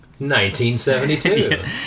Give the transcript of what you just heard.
1972